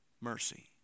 mercy